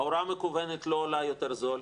ההוראה המקוונת לא עולה יותר זול,